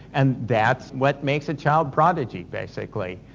and that's what makes a child prodigy, basically.